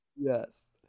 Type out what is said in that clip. yes